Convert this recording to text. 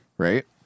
Right